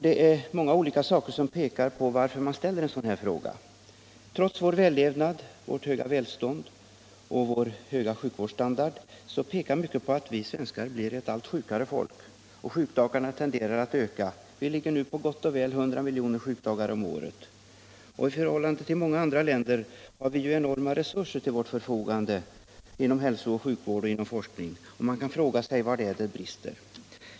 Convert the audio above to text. Det är många skäl till att man ställer en sådan här fråga. Trots vår vällevnad, vårt höga välstånd och vår höga sjukvårdsstandard tyder mycket på att vi svenskar blir ett allt sjukare folk. Antalet sjukdagar tenderar att öka — vi ligger nu på gott och väl 100 miljoner sjukdagar om året. I förhållande till många andra länder har vi inom hälsooch sjukvården samt inom forskningen stora resurser till vårt förfogande. Man kan då fråga sig var någonstans det brister.